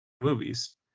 movies